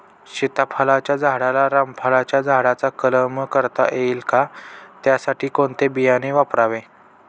सीताफळाच्या झाडाला रामफळाच्या झाडाचा कलम करता येईल का, त्यासाठी कोणते बियाणे वापरावे?